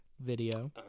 video